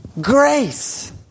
grace